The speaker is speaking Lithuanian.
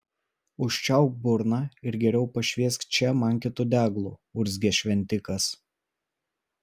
užčiaupk burną ir geriau pašviesk čia man kitu deglu urzgė šventikas